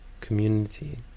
community